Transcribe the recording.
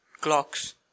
Clocks